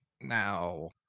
now